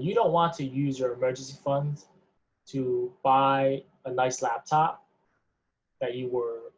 you don't want to use your emergency fund to buy a nice laptop that you were